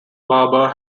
barbour